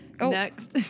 next